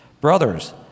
Brothers